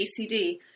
ACD